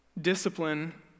discipline